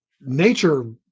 nature